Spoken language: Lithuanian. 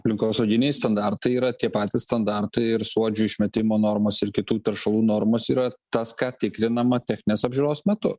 aplinkosauginiai standartai yra tie patys standartai ir suodžių išmetimo normos ir kitų teršalų normos yra tas ką tikrinama techninės apžiūros metu